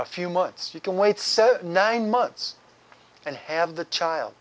a few months you can wait said nine months and have the child